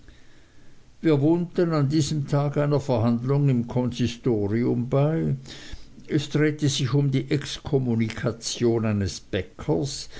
wir wohnten an diesem tag einer verhandlung im konsistorium bei es drehte sich um die exkommunikation eines bäckers